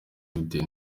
bitewe